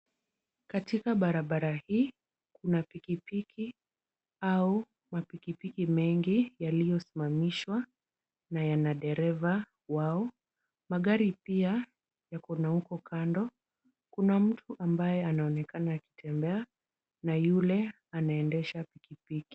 Katika barabara hii kuna pikipiki au mapikipiki mengi yaliyosimamishwa na yana dereva wao. Magari pia yako na huko kando. Kuna mtu ambaye anaonekana akitembea na yule anaendesha pikipiki.